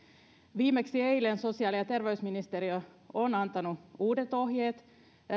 viimeksi eilen sosiaali ja terveysministeriö on antanut kotihoitoon suojavarusteista uudet ohjeet